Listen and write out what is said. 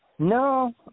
No